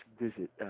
visit